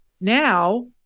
now